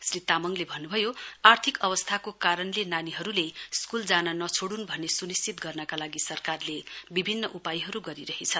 श्री तामाङले भन्नु भयो आर्थिक अवस्थाको कारणले नानीहरूले स्कूल जान नछोडनु भन्ने सुनिश्चित गर्नका लागि सरकारले विभिन्न उपायहरू गरिरहेछ